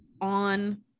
on